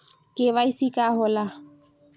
KYC का होला?